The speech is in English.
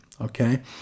Okay